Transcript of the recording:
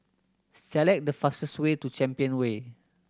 select the fastest way to Champion Way